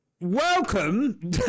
welcome